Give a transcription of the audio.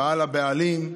רעה לבעלים.